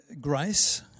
grace